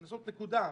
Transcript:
לעשות נקודה,